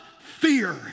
fear